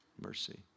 mercy